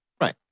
Right